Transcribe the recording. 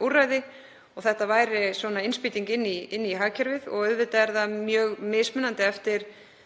úrræði. Þetta væri innspýting inn í hagkerfið. Auðvitað er það mjög mismunandi eftir